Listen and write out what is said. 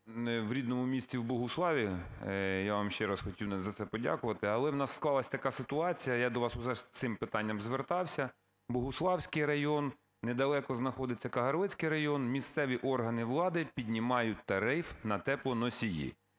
в рідному місті, в Богуславі, я вам ще раз хотів за це подякувати. Але в нас склалась така ситуація, я до вас уже з цим питанням звертався, Богуславський район, недалеко знаходиться Кагарлицький район: місцеві органи влади піднімають тариф на теплоносії.